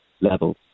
level